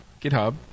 GitHub